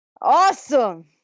Awesome